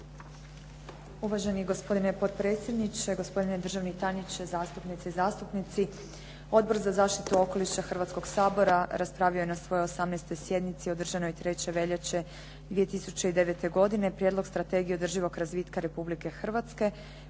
Uvaženi gospodine potpredsjedniče, gospodine državni tajniče, zastupnice i zastupnici. Odbor za zaštitu okoliša Hrvatskog sabora raspravio je na svojoj 18. sjednici održanoj 3. veljače 2009. godine Prijedlog Strategije održivog razvitka Republike Hrvatske